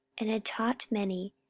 and had taught many,